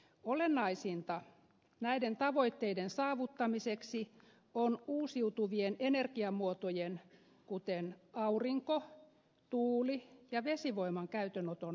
olennaisinta näiden tavoitteiden saavuttamiseksi on uusiutuvien energiamuotojen kuten aurinko tuuli ja vesivoiman käyttöönoton tukeminen